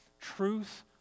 Truth